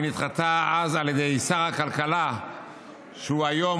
היא נדחתה אז על ידי שר הכלכלה,